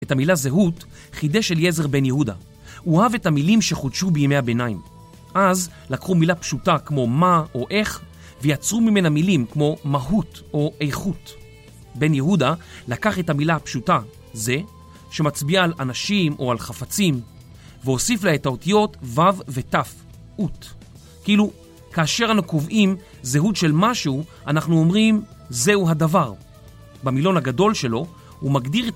את המילה זהות חידש אליעזר בן יהודה. הוא אהב את המילים שחודשו בימי הביניים. אז, לקחו מילה פשוטה כמו מה או איך, ויצרו ממנה מילים כמו מהות או איכות. בן יהודה לקח את המילה הפשוטה, זה, שמצביעה על אנשים או על חפצים, והוסיף לה את האותיות ו' ות', -ות. כאילו, כאשר אנו קובעים זהות של משהו, אנחנו אומרים: זהו הדבר. במילון הגדול שלו הוא מגדיר את...